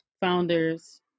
founders